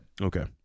Okay